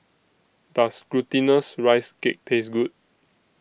Does Glutinous Rice Cake Taste Good